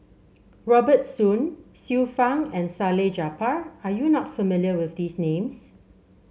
Robert Soon Xiu Fang and Salleh Japar are you not familiar with these names